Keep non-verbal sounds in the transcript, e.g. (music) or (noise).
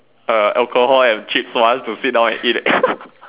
uh alcohol and chips for us to sit down and eat (laughs)